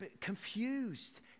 confused